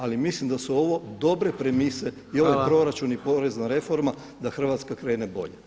Ali mislim da su ovo dobre premise i ovaj proračun i porezna reforma da Hrvatska krene bolje.